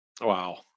Wow